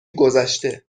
گذشته